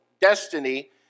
destiny